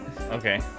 Okay